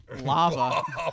lava